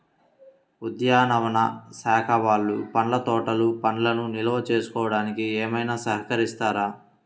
ఉద్యానవన శాఖ వాళ్ళు పండ్ల తోటలు పండ్లను నిల్వ చేసుకోవడానికి ఏమైనా సహకరిస్తారా?